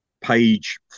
page